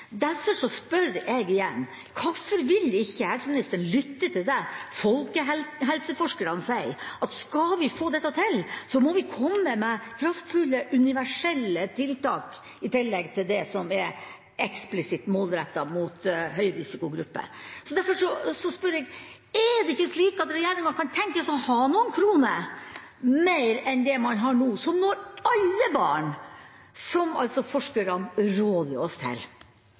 Derfor spør jeg igjen: Hvorfor vil ikke helseministeren lytte til det folkehelseforskerne sier, at skal vi få dette til, må vi komme med kraftfulle, universelle tiltak i tillegg til dem som er eksplisitt målrettet mot høyrisikogrupper? Derfor spør jeg: Er det ikke slik at regjeringen kan tenkes å ha noen kroner mer enn det man har nå, som når alle barn – som altså forskerne råder oss til?